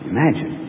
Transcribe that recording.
Imagine